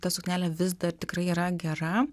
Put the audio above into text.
ta suknelė vis dar tikrai yra gera